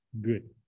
Good